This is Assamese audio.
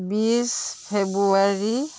বিছ ফেব্ৰুচৱাৰী